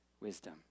wisdom